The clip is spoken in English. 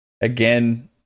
again